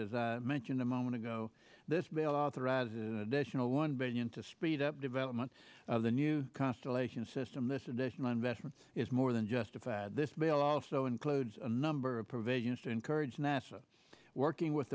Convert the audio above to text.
as i mentioned a moment ago this bill authorizes an additional one billion to speed up development of the new constellation system this additional investment is more than justified this bill also includes a number of provisions to encourage nasa working with